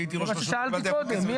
אני הייתי ראש רשות לא קיבלתי אף פעם כסף.